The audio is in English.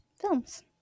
films